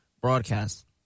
broadcast